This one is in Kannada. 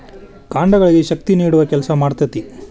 ಕಾಂಡಗಳಿಗೆ ಶಕ್ತಿ ನೇಡುವ ಕೆಲಸಾ ಮಾಡ್ತತಿ